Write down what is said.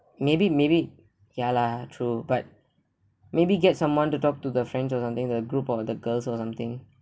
maybe maybe ya lah true but maybe get someone to talk to the friends or something the group of the girls or something